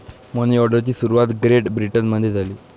मनी ऑर्डरची सुरुवात ग्रेट ब्रिटनमध्ये झाली